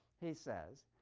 he says,